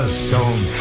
stone